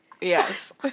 Yes